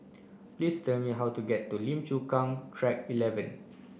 please tell me how to get to Lim Chu Kang Track eleven